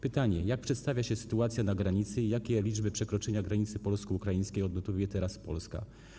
Pytanie, jak przedstawia się sytuacja na granicy i jakie liczby dotyczące przekroczeń granicy polsko-ukraińskiej odnotowuje teraz Polska.